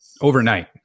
overnight